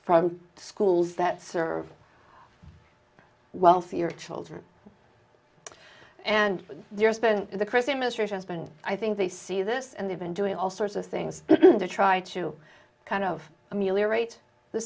from schools that serve wealthier children and there's been the christie administration has been i think they see this and they've been doing all sorts of things to try to kind of ameliorate the